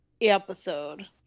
episode